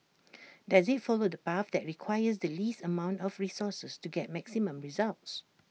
does IT follow the path that requires the least amount of resources to get maximum results